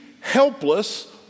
helpless